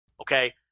Okay